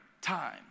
time